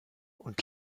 und